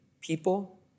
people